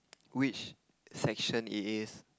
which section it is